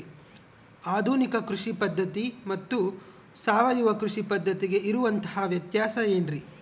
ಆಧುನಿಕ ಕೃಷಿ ಪದ್ಧತಿ ಮತ್ತು ಸಾವಯವ ಕೃಷಿ ಪದ್ಧತಿಗೆ ಇರುವಂತಂಹ ವ್ಯತ್ಯಾಸ ಏನ್ರಿ?